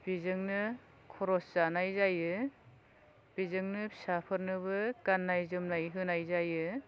बेजोंनो खरस जानाय जायो बेजोंनो फिसाफोरनोबो गान्नाय जोमनाय होनाय जायो